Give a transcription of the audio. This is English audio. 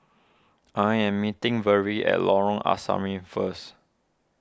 I am meeting Verl at Lorong Asrama first